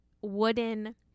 wooden